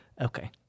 Okay